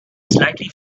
slightly